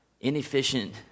inefficient